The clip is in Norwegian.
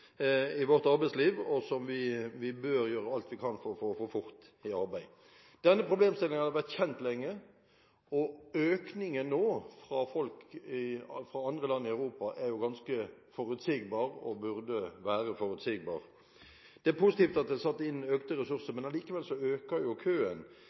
i vårt arbeidsliv, og som vi bør gjøre alt vi kan for å få fort i arbeid. Denne problemstillingen har vært kjent lenge, og økningen nå fra folk fra andre land i Europa er ganske forutsigbar og burde være forutsigbar. Det er positivt at det er satt inn økte